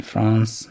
France